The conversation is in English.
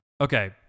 Okay